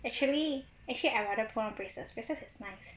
actually actually I rather put on braces braces is nice